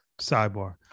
sidebar